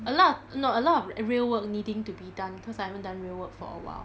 a lot of a lot of real work needing to be done cause I haven't done real work for a while